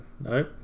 no